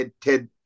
TED